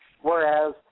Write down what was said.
Whereas